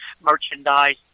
merchandise